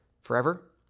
forever